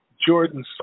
Jordan